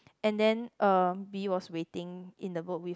and then uh B was waiting in the boat with